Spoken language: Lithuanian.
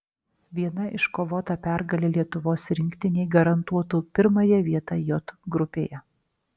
viena iškovota pergalė lietuvos rinktinei garantuotų pirmąją vietą j grupėje